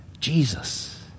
Jesus